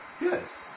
Yes